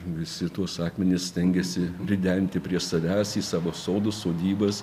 visi tuos akmenis stengiasi priderinti prie savęs į savo sodus sodybas